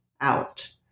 out